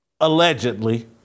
allegedly